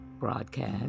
broadcast